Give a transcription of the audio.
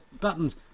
buttons